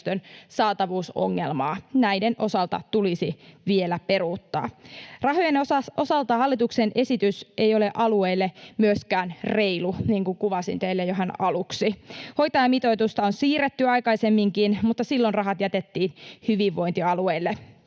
saatavuusongelmaa. Näiden osalta tulisi vielä peruuttaa. Rahojen osalta hallituksen esitys ei ole alueille myöskään reilu, niin kuin kuvasin teille ihan aluksi. Hoitajamitoitusta on siirretty aikaisemminkin, mutta silloin rahat jätettiin hyvinvointialueille.